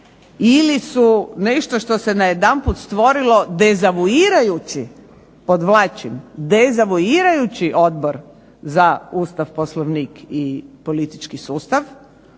ili su nešto što se odjedanput stvorilo dezavuirajući, podvlačim dezavuirajući Odbor za Ustav, Poslovnik i politički sustav